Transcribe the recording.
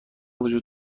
وجود